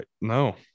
no